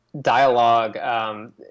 dialogue